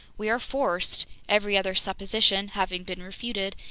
we are forced, every other supposition having been refuted,